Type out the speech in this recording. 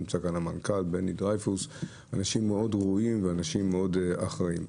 נמצא כאן המנכ"ל בני דרייפוס עם אנשים מאוד ראויים ומאוד אחראים.